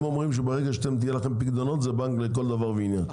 הם אומרים שברגע שיהיו לכם פיקדונות זה בנק לכל דבר ועניין.